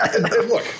look